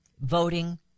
Voting